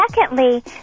secondly